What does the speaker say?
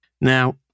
Now